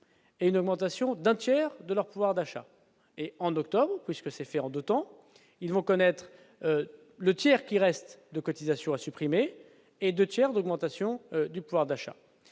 et n'augmentation d'un tiers de leur pouvoir d'achat et en octobre puisque c'est fait en 2 temps : il faut connaître le tiers qui reste de cotisations à supprimer et 2 tiers d'augmentation du pouvoir d'achat,